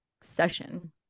session